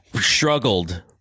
struggled